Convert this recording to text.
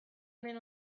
honen